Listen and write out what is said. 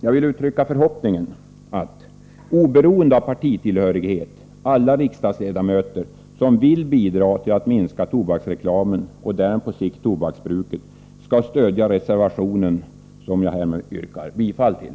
Jag vill uttrycka förhoppningen att — oberoende av partitillhörighet — alla riksdagsledamöter som vill bidra till att minska tobaksreklamen och därmed på sikt tobaksbruket skall stödja reservationen, som jag härmed yrkar bifall till.